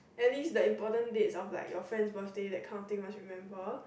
at least the important dates of like your friend's birthday that kind of thing must remember